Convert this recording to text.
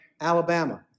Alabama